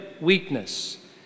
weakness